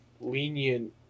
lenient